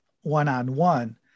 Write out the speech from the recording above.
one-on-one